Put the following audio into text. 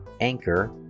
Anchor